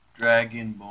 Dragonborn